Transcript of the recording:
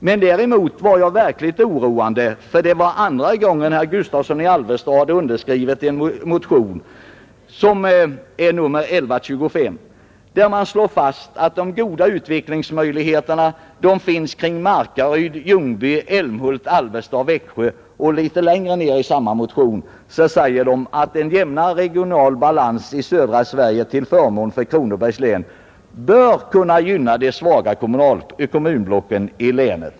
Men däremot är det verkligt oroande att det är andra gången herr Gustavsson i Alvesta skriver under en motion — i detta fall nr 1125 — där man slår fast att de goda utvecklingsmöjligheterna finns kring Markaryd, Ljungby, Älmhult, Alvesta och Växjö. Litet längre ner i samma motion sägs att en jämnare regional balans i södra Sverige till förmån för Kronobergs län bör kunna gynna de svaga kommunblocken i länet.